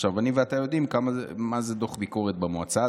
עכשיו, אני ואתה יודעים מה זה דוח ביקורת במועצה.